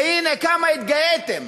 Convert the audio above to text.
והנה כמה התגאיתם